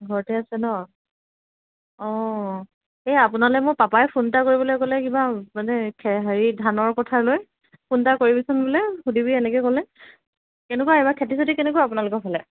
ঘৰতে আছে ন অঁ এই আপোনালৈ মোৰ পাপাই ফোন এটা কৰিবলৈ ক'লে কিবা মানে খেৰ হেৰি ধানৰ কথা লৈ ফোন এটা কৰিবিছোন বোলে সুধিবি এনেকৈ ক'লে কেনেকুৱা এইবাৰ খেতি চেতি কেনেকুৱা আপোনালোকৰ ফালে